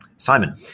Simon